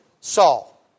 Saul